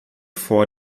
vor